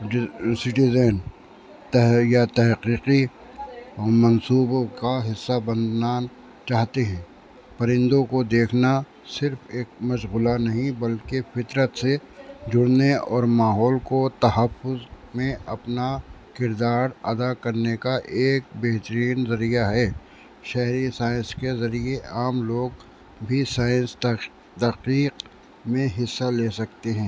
citizen یا تحققی اور منصوبوں کا حصہ بننان چاہتے ہیں پرندوں کو دیکھنا صرف ایک مشغلہ نہیں بلکہ فطرت سے جڑنے اور ماحول کو تحفظ میں اپنا کردار ادا کرنے کا ایک بہترین ذریعہ ہے شہری سائنس کے ذریعے عام لوگ بھی سائنس تخقیق میں حصہ لے سکتے ہیں